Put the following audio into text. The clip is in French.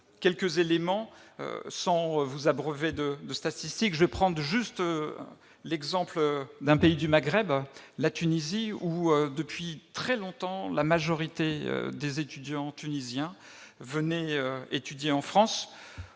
quelques éléments, sans vous abreuver de statistiques. Je prendrai simplement l'exemple d'un pays du Maghreb, la Tunisie. Depuis très longtemps, la majorité des étudiants tunisiens viennent étudier en France.